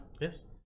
yes